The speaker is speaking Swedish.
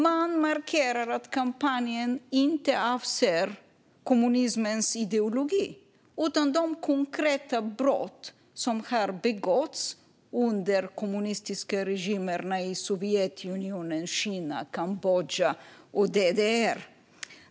Man markerar att kampanjen inte avser kommunismens ideologi utan de konkreta brott som har begåtts under de kommunistiska regimerna i Sovjetunionen, Kina, Kambodja och DDR.